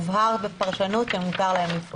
הובהר בפרשנות שמותר להם לפעול.